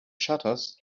shutters